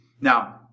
Now